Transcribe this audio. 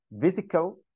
physical